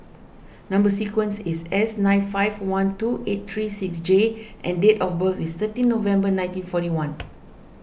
Number Sequence is S nine five one two eight three six J and date of birth is thirteen November nineteen forty one